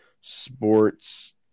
sports